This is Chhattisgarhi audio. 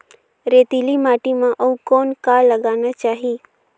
रेतीली माटी म अउ कौन का लगाना चाही?